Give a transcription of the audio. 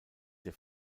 der